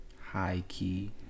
High-key